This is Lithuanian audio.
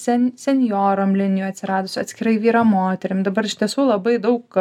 sen senjoram linijų atsiradusių atskirai vyram moterim dabar iš tiesų labai daug